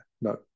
No